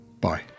Bye